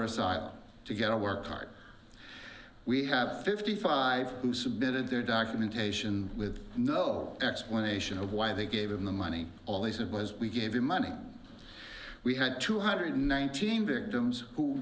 asylum to get to work hard we have fifty five who submitted their documentation with no explanation of why they gave him the money all they said was we gave him money we had two hundred nineteen victims who